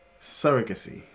Surrogacy